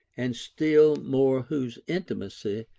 and still more whose intimacy,